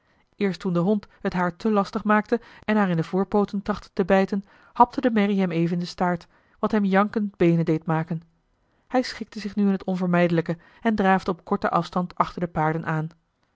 eerst toen de hond het haar te lastig maakte en haar in de voorpooten trachtte te bijten hapte de merrie hem even in den staart wat hem jankend beenen deed maken hij schikte zich nu in het onvermijdelijke en draafde op korten afstand achter de paarden aan